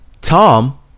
Tom